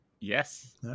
Yes